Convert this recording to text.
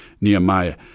Nehemiah